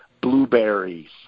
blueberries